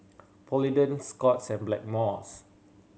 Polident Scott's and Blackmores